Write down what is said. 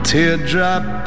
Teardrop